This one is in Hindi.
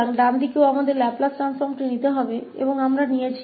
तो दाहिनी ओर भी हमें लैपलेस ट्रांसफॉर्म लेने की जरूरत है और हमने ले लिया है